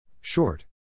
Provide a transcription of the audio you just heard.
Short